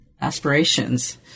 aspirations